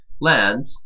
land